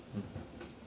mm